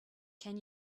can